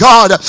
God